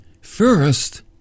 first